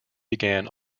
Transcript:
began